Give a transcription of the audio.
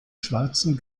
schwarzen